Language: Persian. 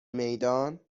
میدان